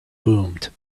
boomed